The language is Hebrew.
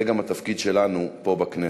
זה גם התפקיד שלנו פה בכנסת.